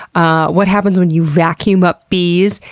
ah what happens when you vacuum up bees,